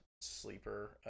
sleeper